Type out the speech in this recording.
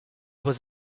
was